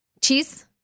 cheese